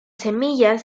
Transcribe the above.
semillas